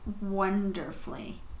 wonderfully